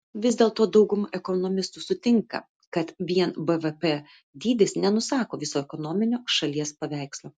vis dėlto dauguma ekonomistų sutinka kad vien bvp dydis nenusako viso ekonominio šalies paveikslo